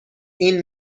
این